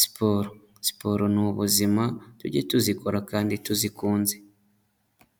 siporo, siporo ni ubuzima tujye tuzikora kandi tuzikunze.